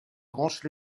branche